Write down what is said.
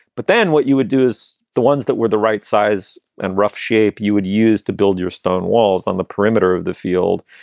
but then what you would do is the ones that were the right size and rough shape you would use to build your stone walls on the perimeter of the field.